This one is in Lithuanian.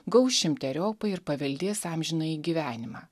gaus šimteriopai ir paveldės amžinąjį gyvenimą